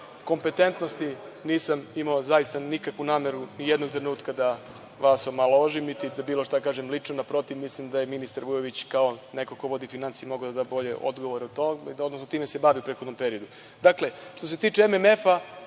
kompetentnosti, nisam imao zaista nikakvu nameru ni jednog trenutka da vas omalovažim, niti bilo šta da kažem lično, naprotiv, mislim da je ministar Vujović kao neko ko vodi finansije mogao da da bolji odgovor, time se bavio u prethodnom periodu. Što se tiče MMF